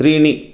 त्रीणि